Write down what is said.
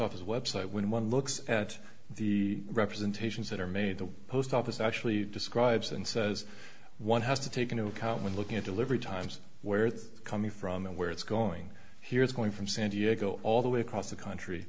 office website when one looks at the representations that are made the post office actually describes and says one has to take into account when looking at delivery times where it's coming from and where it's going here it's going from san diego all the way across the country